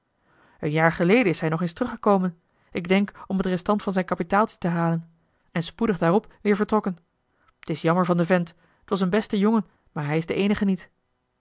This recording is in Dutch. een jaar geleden is hij nog eens teruggekomen ik denk om het restant van zijn kapitaaltje te halen en spoedig daarop weer vertrokken t is jammer van den vent t was een beste jongen maar hij is de eenige niet